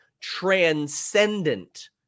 transcendent